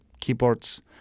keyboards